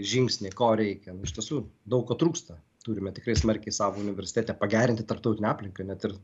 žingsniai ko reikia iš tiesų daug ko trūksta turime tikrai smarkiai savo universitete pagerinti tarptautinę aplinką net ir